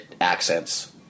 accents